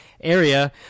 area